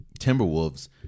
Timberwolves